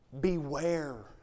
beware